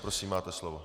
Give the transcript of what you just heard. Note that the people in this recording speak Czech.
Prosím, máte slovo.